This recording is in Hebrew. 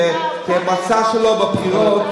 כמצע שלו בבחירות,